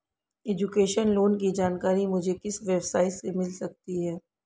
Education loan की जानकारी मुझे किस वेबसाइट से मिल सकती है?